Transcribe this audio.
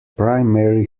primary